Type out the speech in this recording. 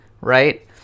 right